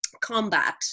combat